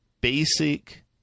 basic